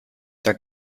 dann